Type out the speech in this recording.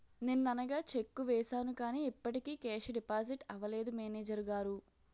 నిన్ననగా చెక్కు వేసాను కానీ ఇప్పటికి కేషు డిపాజిట్ అవలేదు మేనేజరు గారు